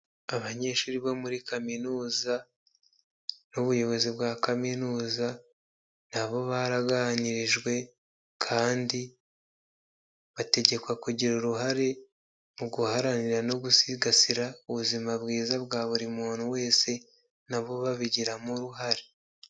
Abanyeshuri bo muri kaminuza n'ubuyobozi bwa kaminuza na bo baganirijwe kandi bategekwa kugira uruhare mu guharanira no gusigasira ubuzima bwiza bwa buri muntu wese na bo babigiramo uruhare.